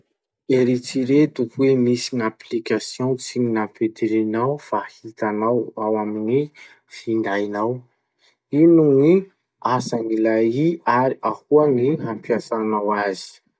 Eritsereto heo misy gn'application tsy nampidirinao fa hitanao ao amy gny findainao. Ino gny asan'ilay ii ary ahoa gny hampiasanao azy?